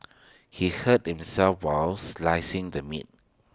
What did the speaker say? he hurt himself while slicing the meat